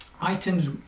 items